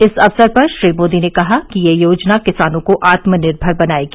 इस अवसर पर श्री मोदी ने कहा कि यह योजना किसानों को आत्मनिर्भर बनाएगी